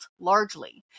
largely